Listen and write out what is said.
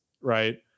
right